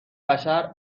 بشر